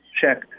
check